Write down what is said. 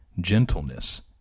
gentleness